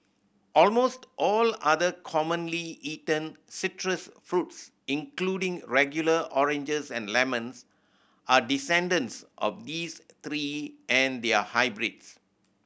almost all other commonly eaten citrus fruits including regular oranges and lemons are descendants of these three and their hybrids